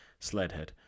Sledhead